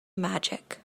magic